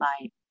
light